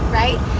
right